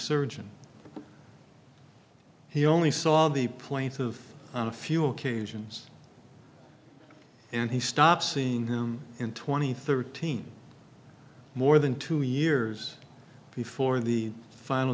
surgeon he only saw the point of on a few occasions and he stopped seeing him in twenty thirteen more than two years before the final